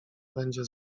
będzie